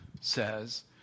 says